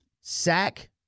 Sack